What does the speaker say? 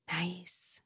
nice